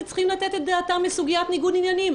צריכים לתת את דעתם לסוגיית ניגוד עניינים.